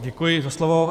Děkuji za slovo.